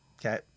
Okay